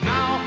Now